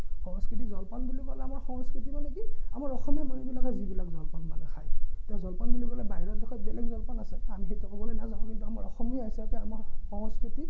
সংস্কৃতি জলপান বুলি ক'লে আমাৰ সংস্কৃতি মানে কি আমাৰ অসমীয়া মানুহবিলাকে যিবিলাক জলপান মানে খায় এতিয়া জলপান বুলি ক'লে বাহিৰৰ দেশত বেলেগ জলপান আছে আমি সেইটো ক'বলৈ নাযাওঁ কিন্তু আমাৰ অসমীয়া হিচাপে আমাৰ সংস্কৃতি